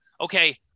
okay